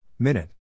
Minute